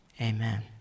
amen